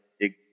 dig